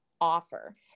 offer